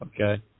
Okay